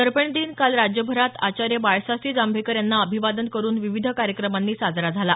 दर्पण दिन काल राज्यभरात आचार्य बाळशास्त्री जांभेकर यांना अभिवादन करून विविध कार्यक्रमांनी साजरा झाला